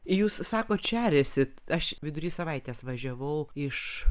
jūs sakot šeriasi aš vidury savaitės važiavau iš